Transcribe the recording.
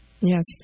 Yes